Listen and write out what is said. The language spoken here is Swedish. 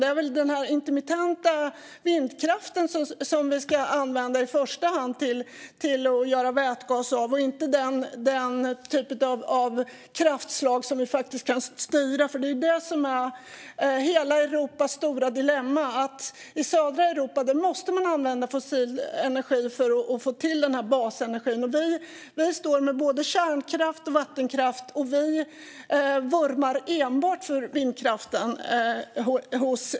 Det är väl den intermittenta vindkraften som vi i första hand ska använda till att göra vätgas av och inte den typ av kraft som vi faktiskt kan styra. Det är det här som är hela Europas stora dilemma. I södra Europa måste man använda fossil energi för att få till basenergin. Men Sverige står med både kärnkraft och vattenkraft, och regeringen vurmar enbart för vindkraften.